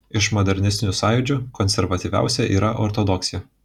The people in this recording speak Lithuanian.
iš modernistinių sąjūdžių konservatyviausia yra ortodoksija